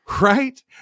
right